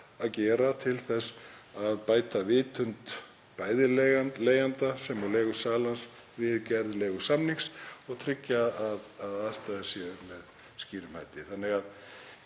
að gera til þess að bæta vitund, bæði leigjanda og leigusala, við gerð leigusamnings og tryggja að aðstæður séu með skýrum hætti.